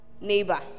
neighbor